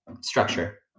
structure